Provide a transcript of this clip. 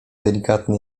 delikatny